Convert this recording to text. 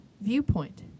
viewpoint